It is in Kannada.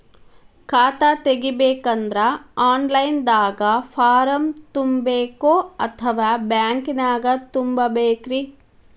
ಖಾತಾ ತೆಗಿಬೇಕಂದ್ರ ಆನ್ ಲೈನ್ ದಾಗ ಫಾರಂ ತುಂಬೇಕೊ ಅಥವಾ ಬ್ಯಾಂಕನ್ಯಾಗ ತುಂಬ ಬೇಕ್ರಿ?